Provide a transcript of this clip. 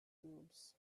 cubes